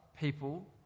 people